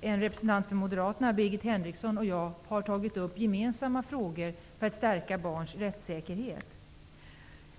en representant för Moderaterna, Birgit Henriksson, och jag har tagit upp gemensamma frågor för att stärka barns rättssäkerhet.